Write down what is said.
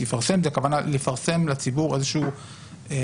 'שיפרסם' הכוונה לפרסם לציבור הנחיות